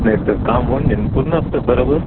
नाही पण काम होऊन जाईन पूर्ण आमचं बरोबर